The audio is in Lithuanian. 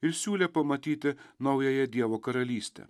ir siūlė pamatyti naująją dievo karalystę